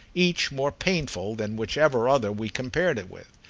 each more painful than whichever other we compared it with.